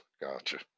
Gotcha